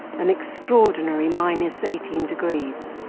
an extraordinary minus eighteen degrees,